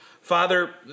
Father